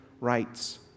rights